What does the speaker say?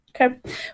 Okay